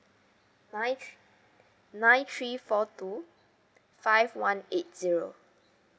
nine th~ nine three four two five one eight zero